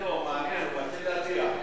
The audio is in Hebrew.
מעניין, הוא מתחיל להטיח,